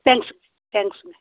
thanks தேங்க்ஸ்ஸுங்க